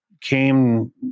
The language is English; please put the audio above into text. came